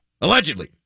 Allegedly